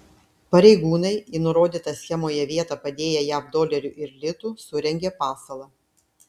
pareigūnai į nurodytą schemoje vietą padėję jav dolerių ir litų surengė pasalą